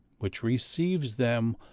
which receives them,